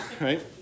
Right